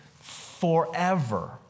forever